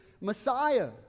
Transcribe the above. Messiah